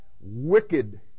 wicked